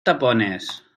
tapones